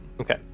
Okay